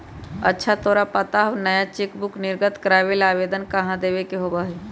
अच्छा तोरा पता हाउ नया चेकबुक निर्गत करावे ला आवेदन कहाँ देवे के होबा हई?